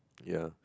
ya